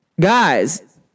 guys